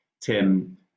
Tim